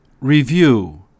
Review